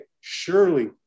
surely